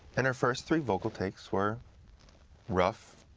and her first three vocal takes were rough,